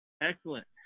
Excellent